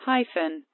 Hyphen